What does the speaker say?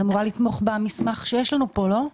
את אמורה לתמוך במסמך שיש לנו פה, לא?